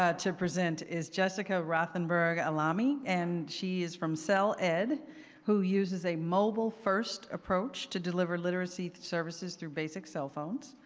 ah to present is jessica rothenberg-aalami and she is from cell-ed who who uses a mobile first approach to deliver literacy services through basic cellphones,